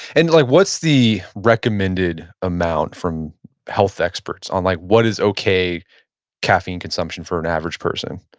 and like what's the recommended amount from health experts on like what is okay caffeine consumption for an average person?